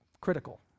critical